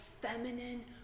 feminine